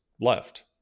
left